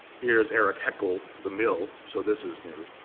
here is erich heckel, the mill so this is new.